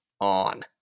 on